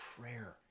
prayer